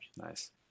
nice